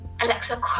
Alexa